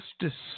justice